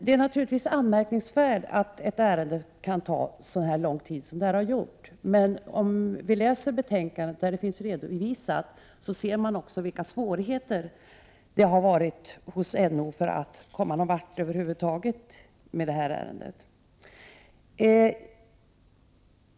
Det är naturligtvis anmärkningsvärt att ett ärende kan ta så lång tid som detta har gjort. Men om vi läser betänkandet, där det finns redovisat, ser vi också vilka svårigheter det har varit hos NO för att komma någonstans över huvud taget med detta ärende.